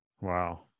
Wow